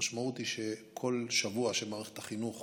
המשמעות היא שכל שבוע שמערכת החינוך